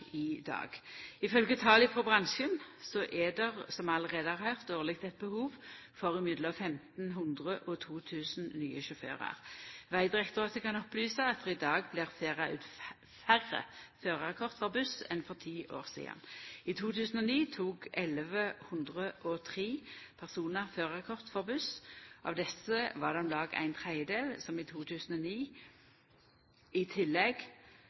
i dag. Ifølgje tal frå bransjen er det, som vi allereie har høyrt, årleg eit behov for mellom 1 500 og 2 000 nye sjåførar. Vegdirektoratet kan opplysa at det i dag blir ferda ut færre førarkort for buss enn for ti år sidan. I 2009 tok 1 103 personar førarkort for buss. Av desse var det om lag ein tredjedel som i 2009 i tillegg